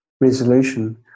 resolution